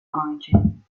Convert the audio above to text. origin